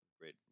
great